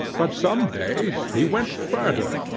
but some days he went further,